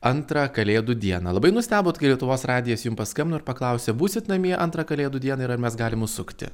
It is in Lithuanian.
antrą kalėdų dieną labai nustebot kai lietuvos radijas jum paskambino ir paklausė būsit namie antrą kalėdų dieną ir ar mes galim užsukti